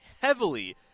heavily